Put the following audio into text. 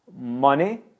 money